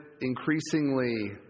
increasingly